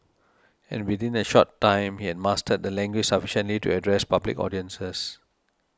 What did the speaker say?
and within a short time he had mastered the language sufficiently to address public audiences